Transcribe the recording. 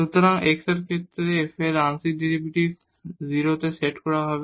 সুতরাং x এর ক্ষেত্রে f এর আংশিক ডেরিভেটিভ 0 তে সেট করা হবে